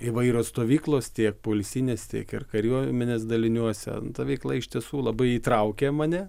įvairios stovyklos tiek poilsinės tiek ir kariuomenės daliniuose veikla iš tiesų labai įtraukė mane